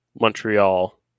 Montreal